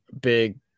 big